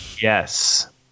Yes